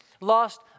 lost